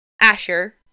Asher